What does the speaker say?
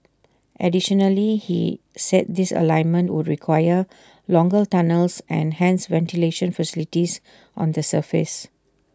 additionally he said this alignment would require longer tunnels and hence ventilation facilities on the surface